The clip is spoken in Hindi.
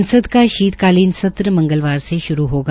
संसद का शील कालीन सत्र मंगलवार से श्रू होगा